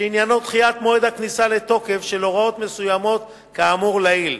שעניינו דחיית מועד הכניסה לתוקף של הוראות מסוימות כאמור לעיל.